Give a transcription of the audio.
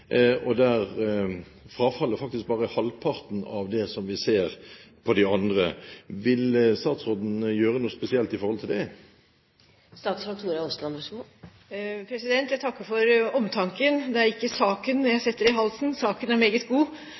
og der frafallet faktisk bare er halvparten av det vi ser på de andre stedene. Vil statsråden gjøre noe spesielt i forhold til det? Jeg takker for omtanken. Det er ikke saken jeg setter i halsen. Saken er meget god.